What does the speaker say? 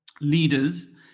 leaders